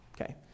okay